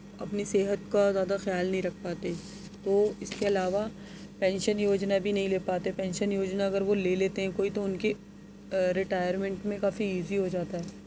اپنی صحت کا زیادہ خیال نہیں رکھ پاتے تو اس کے علاوہ پنشن یوجنا بھی نہیں لے پاتے پنشن یوجنا اگر وہ لے لیتے ہیں تو کوئی ان کے ریٹائرمنٹ میں کافی ایزی ہو جاتا ہے